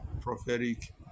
prophetic